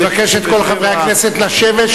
אני מבקש מכל חברי הכנסת לשבת,